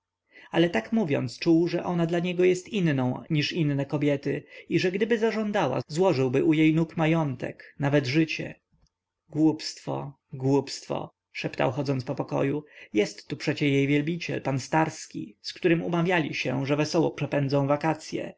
ale tak mówiąc czuł że ona dla niego jest inną niż inne kobiety i że gdyby zażądała złożyłby u jej nóg majątek nawet życie głupstwo głupstwo szeptał chodząc po pokoju jest tu przecie jej wielbiciel pan starski z którym umawiali się że wesoło przepędzą wakacye